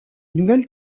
nouvelle